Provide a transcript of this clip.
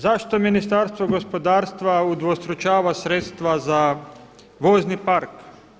Zašto Ministarstvo gospodarstva udvostručava sredstva za vozni park?